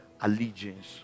Allegiance